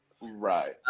Right